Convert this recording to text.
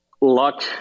luck